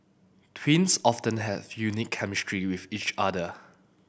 twins often have unique chemistry with each other